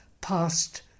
past